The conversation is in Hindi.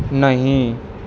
नहीं